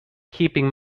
keeping